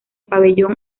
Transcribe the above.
pabellón